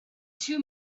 two